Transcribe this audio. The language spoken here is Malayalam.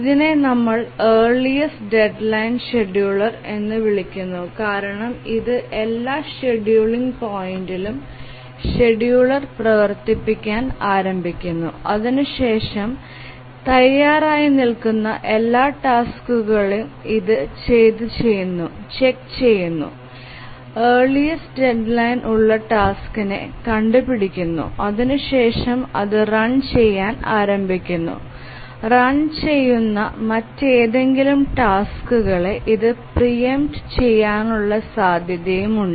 ഇതിനെ നമ്മൾ ഏർലിസ്റ് ഡെഡ്ലൈൻ ഷെഡ്യൂളർ എന്ന് വിളിക്കുന്നു കാരണം ഇത് എല്ലാ ഷെഡ്യൂളിൽ പോയിന്റ് ലും ഷെഡ്യൂളർ പ്രവർത്തിക്കാൻ ആരംഭിക്കുന്നു അതിനുശേഷം തയ്യാറായി നിൽക്കുന്ന എല്ലാ ടാസ്കുകളെയും ഇത് ചെക്ക് ചെയ്യുന്നു ഏർലിസ്റ് ഡെഡ്ലൈൻ ഉള്ള ടാസ്കിനെ കണ്ടുപിടിക്കുന്നു അതിനുശേഷം അത് റൺ ചെയ്യാൻ ആരംഭിക്കുന്നു റൺ ചെയ്യുന്ന മറ്റേതെങ്കിലും ടാസ്ക്കളെ ഇത് പ്രീ എംപ്ട് ചെയ്യാനുള്ള സാധ്യതയും ഉണ്ട്